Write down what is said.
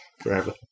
forever